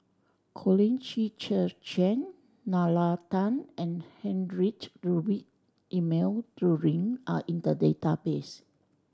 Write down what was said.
Colin Qi Zhe Quan Nalla Tan and Heinrich Ludwig Emil Luering are in the database